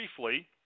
briefly